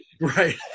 Right